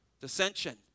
Dissension